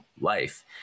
life